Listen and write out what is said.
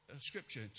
scripture